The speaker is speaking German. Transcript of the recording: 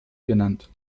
genannt